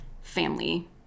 family